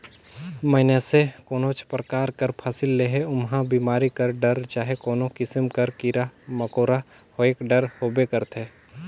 मइनसे कोनोच परकार कर फसिल लेहे ओम्हां बेमारी कर डर चहे कोनो किसिम कर कीरा मकोरा होएक डर होबे करथे